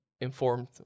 informed